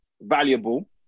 valuable